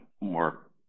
more